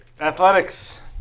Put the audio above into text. Athletics